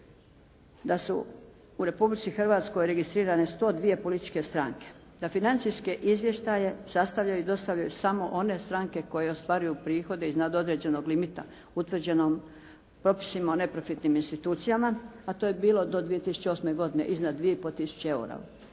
da su u Republici Hrvatskoj registrirane 102 političke stranke, da financijske izvještaje sastavljaju i dostavljaju samo one stranke koje ostvaruju prihode iznad određenog limita utvrđenom propisima o neprofitnim institucijama, a to je bilo do 2008. godine iznad 2 i